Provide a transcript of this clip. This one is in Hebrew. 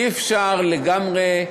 אי-אפשר לגמרי,